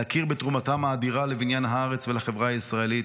להכיר בתרומתם האדירה לבניין הארץ ולחברה הישראלית,